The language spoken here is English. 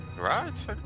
Right